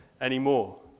anymore